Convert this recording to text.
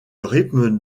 rythme